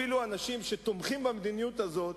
אפילו אנשים שתומכים במדיניות הזאת,